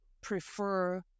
prefer